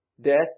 death